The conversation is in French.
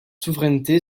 souveraineté